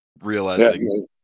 realizing